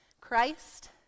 Christ